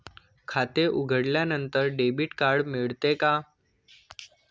खाते उघडल्यानंतर debit card मिळते का?